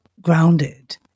grounded